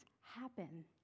happen